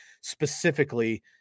specifically